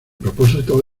propósito